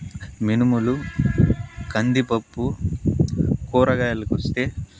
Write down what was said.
మినుములు కందిపప్పు కూరగాయలకొస్తే